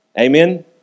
Amen